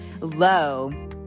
low